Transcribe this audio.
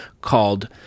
called